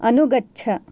अनुगच्छ